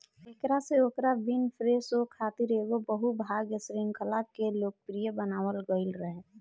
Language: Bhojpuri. एकरा से ओकरा विनफ़्रे शो खातिर एगो बहु भाग श्रृंखला के लोकप्रिय बनावल गईल रहे